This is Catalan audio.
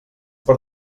per